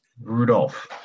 Rudolph